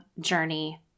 journey